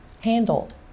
handled